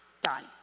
done